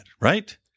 right